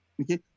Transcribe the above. Okay